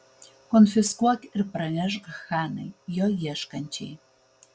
konfiskuok ir pranešk hanai jo ieškančiai